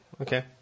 Okay